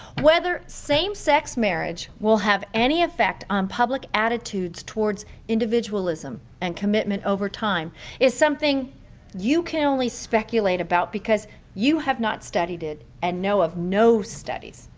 whether same-sex marriage will have any effect on public attitudes towards individualism or and commitment over time is something you can only speculate about because you have not studied it and know of no studies,